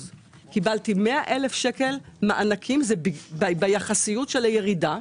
קיבלתי 100,000 שקל מענקים, זה ביחסיות של הירידה,